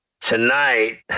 tonight